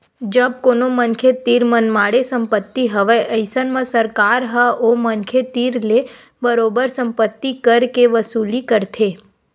जब कोनो मनखे तीर मनमाड़े संपत्ति हवय अइसन म सरकार ह ओ मनखे तीर ले बरोबर संपत्ति कर के वसूली करथे